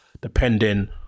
depending